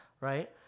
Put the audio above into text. right